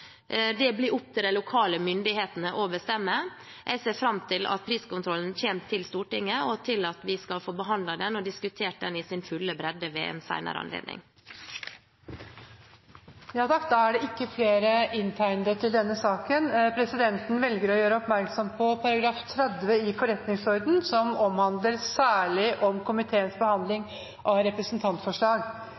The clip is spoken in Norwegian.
Det blir opp til de lokale myndighetene å bestemme. Jeg ser fram til at saken om priskontrollen kommer til Stortinget og til at vi skal få behandlet den og diskutert den i sin fulle bredde ved en senere anledning. Presidenten velger å gjøre oppmerksom på § 30 i forretningsordenen, Særlig om komiteenes behandling av representantforslag,